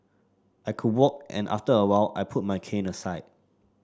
I could walk and after a while I put my cane aside